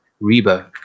Reba